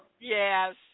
Yes